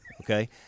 okay